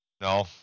No